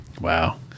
wow